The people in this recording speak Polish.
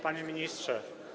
Panie Ministrze!